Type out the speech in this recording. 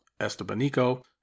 Estebanico